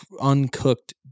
uncooked